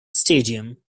stadium